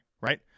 right